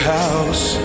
house